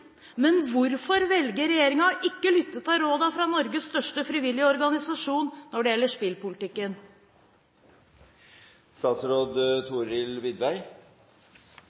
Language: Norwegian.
men hvorfor velger regjeringen ikke å lytte til rådene fra Norges største frivillige organisasjon når det gjelder spillpolitikken?